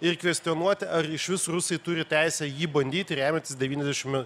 ir kvestionuoti ar išvis rusai turi teisę jį bandyti remiantis devyniasdešim